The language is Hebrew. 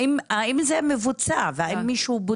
האם זה מבוצע והאם מישהו בודק?